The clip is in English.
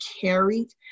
carried